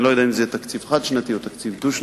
אני לא יודע אם זה יהיה תקציב חד-שנתי או תקציב דו-שנתי,